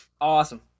Awesome